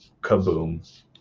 kaboom